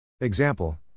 Example